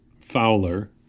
Fowler